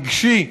רגשי,